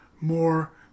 more